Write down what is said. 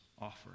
offer